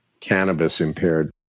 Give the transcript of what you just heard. cannabis-impaired